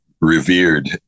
revered